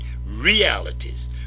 realities